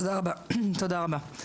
תודה רבה.